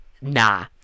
Nah